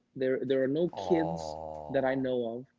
there there are no kids that i know of,